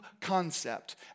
concept